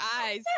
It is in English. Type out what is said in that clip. eyes